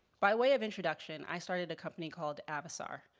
by way of introduction, i started a company called avisare,